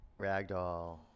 ragdoll